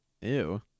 Ew